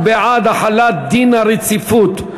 הוא בעד החלת דין הרציפות.